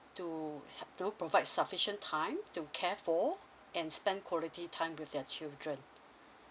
to help to provide sufficient time to care for and spend quality time with their children